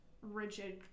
rigid